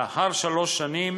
לאחר שלוש שנים